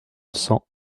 cent